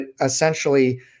essentially